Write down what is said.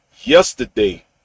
yesterday